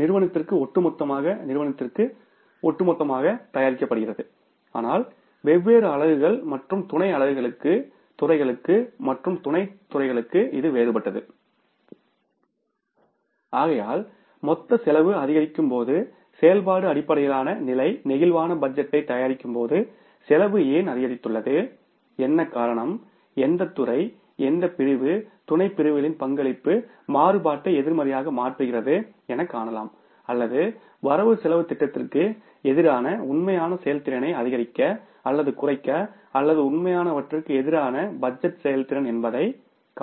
நிறுவனத்திற்கு ஒட்டுமொத்தமாக நிறுவனத்திற்கு ஒட்டுமொத்தமாக தயாரிக்கப்படுகிறது ஆனால் வெவ்வேறு அலகுகள் மற்றும் துணை அலகுகளுக்கு துறைகளுக்கு மற்றும் துணைத் துறைகளுக்கு வேறுபட்டது ஆகையால் மொத்த செலவு அதிகரிக்கும் போது செயல்பாட்டு அடிப்படையிலான நிலை பிளேக்சிபிள் பட்ஜெட்டைத் தயாரிக்கும்போது செலவு ஏன் அதிகரித்துள்ளது என்ன காரணம் எந்தத் துறை எந்த பிரிவு துணைப்பிரிவுகளின் பங்களிப்பு மாறுபாட்டை எதிர்மறையாக மாற்றுகிறது என காணலாம் அல்லது வரவுசெலவுத் திட்டத்திற்கு எதிரான உண்மையான செயல்திறனை அதிகரிக்க அல்லது குறைக்க அல்லது உண்மையானவற்றுக்கு எதிரான பட்ஜெட் செயல்திறன் என்ன என்பதை காணலாம்